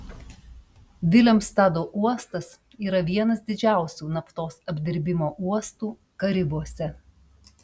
vilemstado uostas yra vienas didžiausių naftos apdirbimo uostų karibuose